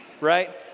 right